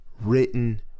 written